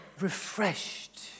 refreshed